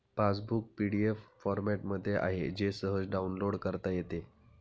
passbook PDF फॉरमॅटमध्ये आहे जे सहज डाउनलोड करता येते